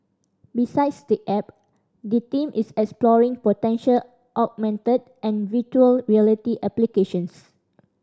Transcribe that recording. besides the app the team is exploring potential augmented and virtual reality applications